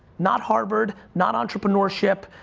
not harvard, not entrepreneurship,